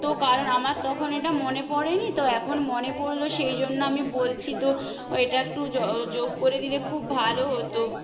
তো কারণ আমার তখন এটা মনে পড়েনি তো এখন মনে পড়লো সেই জন্য আমি বলছি তো এটা একটু যোগ করে দিলে খুব ভালো হতো